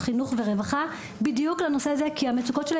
חינוך ורווחה בדיוק לנושא הזה כי המצוקות שלהם